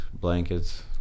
blankets